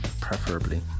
preferably